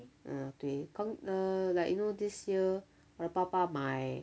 啊对 uh like you know this year 我的爸爸买